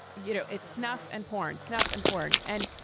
you know, it's snuff and porn, snuff and porn. and,